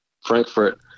Frankfurt